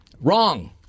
Wrong